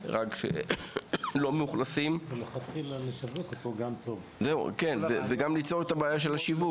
רק לא מאוכלסים, וגם ליצור את הבעיה של השיווק.